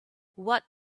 what